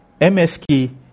MSK